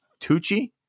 Tucci